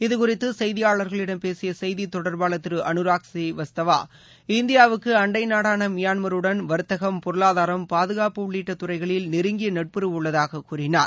இது குறித்து செய்தியாளர்களிடம் பேசிய செய்தித் தொடர்பாளர் திரு அனுராக் புரீவஸ்தவா இந்தியாவுக்கு அண்ட நாடான மியான்மருடன் வர்த்தகம் பொருளாதாரம் பாதுகாப்பு உள்ளிட்ட துறைகளில் நெருங்கிய நட்புறவு உள்ளதாக கூறினார்